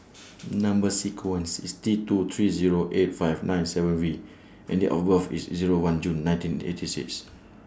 Number sequence IS T two three Zero eight five nine seven V and Date of birth IS one June nineteen eighty six